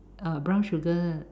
uh brown sugar